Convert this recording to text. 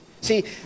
See